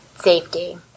Safety